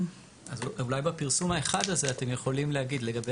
אולי בפרסום האחד הזה אתם יכולים להגיד לגבי